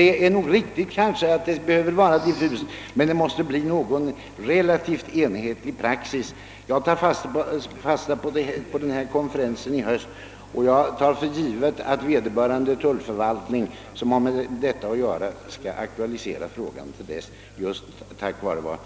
Det är riktigt att praxis bör vara generös, men man måste det oaktat eftersträva en relativt enhetlig praxis. Jag tar fasta på uttalandet om konferensen i höst. Jag tar för givet att vederbörande tullförvaltning som har med detta att göra då skall aktualisera frågan just till följd av vad